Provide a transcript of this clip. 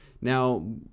Now